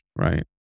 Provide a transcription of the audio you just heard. right